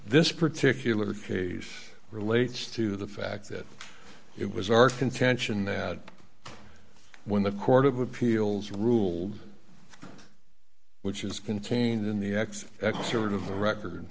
this particular case relates to the fact that it was our contention that when the court of appeals ruled which is contained in the